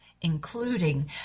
including